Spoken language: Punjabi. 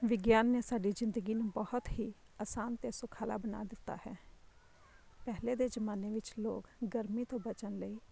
ਵਿਗਿਆਨ ਨੇ ਸਾਡੀ ਜ਼ਿੰਦਗੀ ਨੂੰ ਬਹੁਤ ਹੀ ਆਸਾਨ ਅਤੇ ਸੁਖਾਲਾ ਬਣਾ ਦਿੱਤਾ ਹੈ ਪਹਿਲੇ ਦੇ ਜ਼ਮਾਨੇ ਵਿੱਚ ਲੋਕ ਗਰਮੀ ਤੋਂ ਬਚਣ ਲਈ